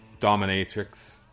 dominatrix